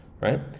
right